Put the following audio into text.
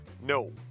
no